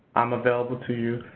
i'm available to you,